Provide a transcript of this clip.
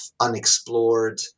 unexplored